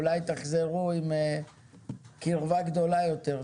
אולי תחזרו עם קרבה גדולה יותר.